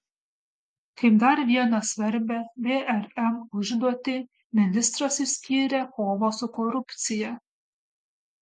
kaip dar vieną svarbią vrm užduotį ministras išskyrė kovą su korupcija